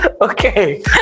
Okay